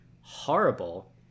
horrible